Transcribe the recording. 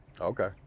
Okay